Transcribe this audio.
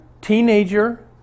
teenager